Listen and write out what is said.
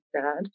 dad